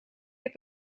heb